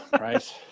Right